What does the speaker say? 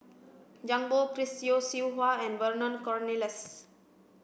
Zhang Bohe Chris Yeo Siew Hua and Vernon Cornelius